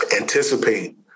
anticipate